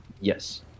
yes